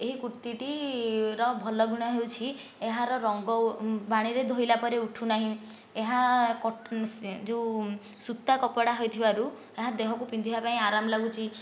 ଏହି କୁର୍ତ୍ତୀଟିର ଭଲ ଗୁଣ ହେଉଛି ଏହାର ରଙ୍ଗ ପାଣିରେ ଧୋଇଲା ପରେ ଉଠୁନାହିଁ ଏହା କଟ ଯେଉଁ ସୁତା କପଡ଼ା ହୋଇଥିବାରୁ ଏହା ଦେହକୁ ପିନ୍ଧିବା ପାଇଁ ଆରମ ଲାଗୁଛି